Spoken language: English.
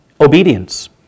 obedience